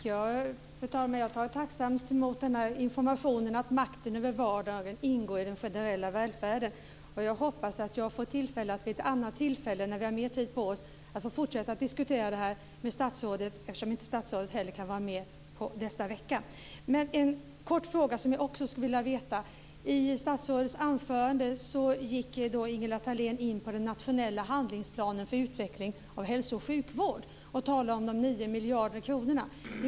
Fru talman! Jag tar tacksamt emot informationen att makten över vardagen ingår i den generella välfärden. Jag hoppas att jag får möjlighet att vid något tillfälle när vi har mer tid på oss fortsätta att diskutera det här med statsrådet. Statsrådet kan ju inte vara med nästa vecka. Jag vill ställa ännu en kort fråga. Ingela Thalén gick i sitt anförande in på den nationella handlingsplanen för utveckling av hälso och sjukvård och tog upp de 9 miljarder kronorna.